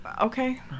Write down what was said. Okay